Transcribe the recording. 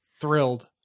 thrilled